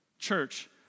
church